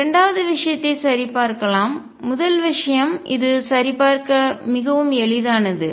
இரண்டாவது விஷயத்தை சரிபார்க்கலாம் முதல் விஷயம் இது சரிபார்க்க மிகவும் எளிதானது